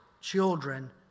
children